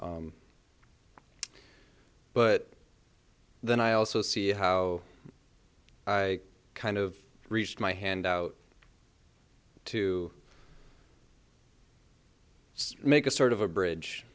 but then i also see how i kind of reached my hand out to make a sort of a bridge